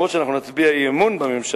אף-על-פי שאנחנו נצביע אי-אמון בממשלה,